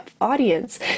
audience